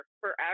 forever